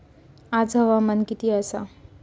आज हवामान किती आसा?